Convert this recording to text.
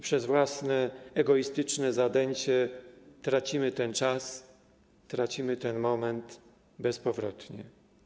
Przez własne egoistyczne zadęcie tracimy ten czas, tracimy ten moment bezpowrotnie.